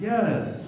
Yes